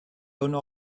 owner